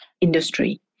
industry